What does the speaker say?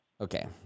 Okay